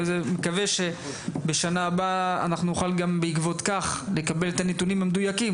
ומקווה שבשנה הבאה נוכל גם בעקבות כך לקבל את הנתונים המדויקים.